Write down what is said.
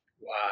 wow